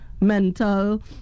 mental